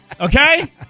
Okay